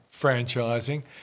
franchising